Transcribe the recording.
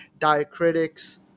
Diacritics